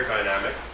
Dynamic